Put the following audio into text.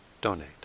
donate